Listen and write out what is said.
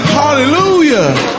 hallelujah